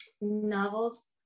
novels